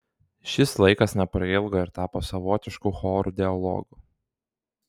šis laikas neprailgo ir tapo savotišku chorų dialogu